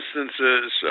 instances